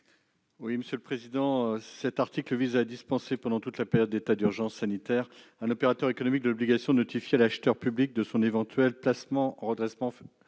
à M. Joël Guerriau. Cet article dispense, pendant toute la période d'état d'urgence sanitaire, un opérateur économique de l'obligation de notifier à l'acheteur public son éventuel placement en redressement judiciaire.